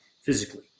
physically